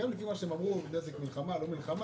גם לפי מה שהם אמרו, נזק מלחמה או לא נזק מלחמה,